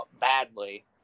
badly